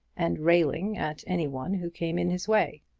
and railing at any one who came in his way.